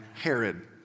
Herod